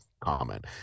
comment